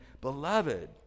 beloved